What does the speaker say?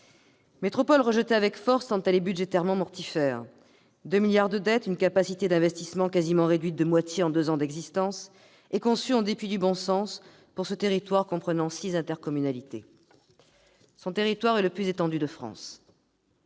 métropole est rejetée avec force tant elle est budgétairement mortifère : une dette de 2 milliards d'euros, une capacité d'investissement quasiment réduite de moitié en deux ans d'existence, une conception en dépit du bon sens sur un territoire comprenant six intercommunalités, le plus étendu de France.